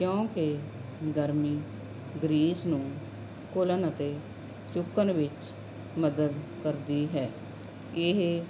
ਕਿਉਂਕਿ ਗਰਮੀ ਗਰੀਸ ਨੂੰ ਘੁਲਣ ਅਤੇ ਚੁੱਕਣ ਵਿੱਚ ਮਦਦ ਕਰਦੀ ਹੈ ਇਹ